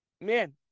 man